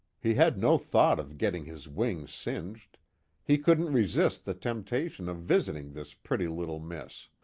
he had no thought of getting his wings singed he couldn't resist the temptation of visiting this pretty little miss.